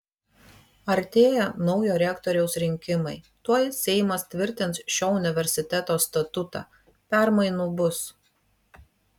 artėja naujo rektoriaus rinkimai tuoj seimas tvirtins šio universiteto statutą permainų bus